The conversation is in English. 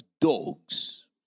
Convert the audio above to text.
dogs